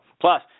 Plus